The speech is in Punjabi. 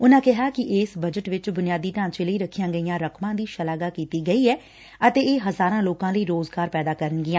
ਉਨਾਂ ਕਿਹਾ ਕਿ ਇਸ ਬਜਟ ਵਿਚ ਬੁਨਿਆਦੀ ਢਾਂਚੇ ਲਈ ਰੱਖੀਆਂ ਗਈਆਂ ਰਕਮਾਂ ਦੀ ਸ਼ਲਾਘਾ ਕੀਤੀ ਗਈ ਐ ਅਤੇ ਇਹ ਹਜ਼ਾਰਾਂ ਲੱਕਾਂ ਲਈ ਰੋਜ਼ਗਾਰ ਪੈਦਾ ਕਰਨਗੀਆਂ